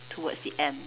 towards the end